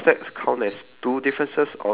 ya but it's also pointing right right